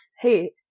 Hey